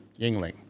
Yingling